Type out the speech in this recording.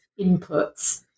inputs